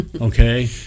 Okay